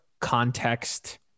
context